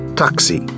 taxi